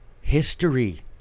History